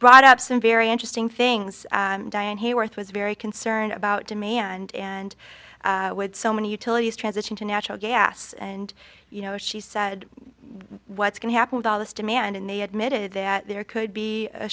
brought up some very interesting things diane hayworth was very concerned about demand and would so many utilities transition to natural gas and you know she said what's going to happen with all this demand and they admitted that there could be a